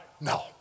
No